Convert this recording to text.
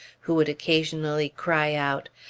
who would occasionally cry out,